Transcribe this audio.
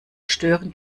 stören